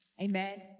Amen